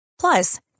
plus